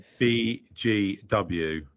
BGW